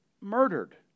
murdered